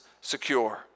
secure